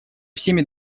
всеми